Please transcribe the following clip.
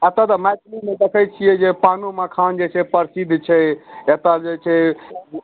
एतऽ तऽ मैथिलीमे देखैत छियै जे पानो मखान जे छै प्रसिद्ध छै एतऽ जे छै